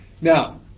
Now